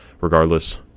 regardless